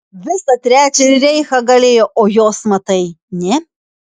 visą trečiąjį reichą galėjo o jos matai ne